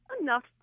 enough